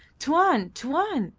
tuan! tuan!